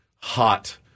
hot